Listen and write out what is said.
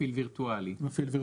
מפעיל וירטואלי.